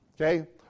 Okay